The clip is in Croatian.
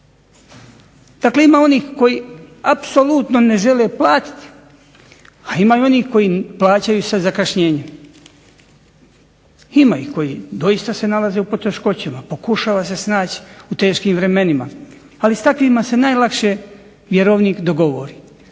Dakle, ima onih koji apsolutno ne žele platiti, a ima onih koji plaćaju sa zakašnjenjem, ima ih koji doista se nalaze u poteškoćama, pokušava se snaći u teškim vremenima, ali s takvima se najlakše vjerovnik dogovori.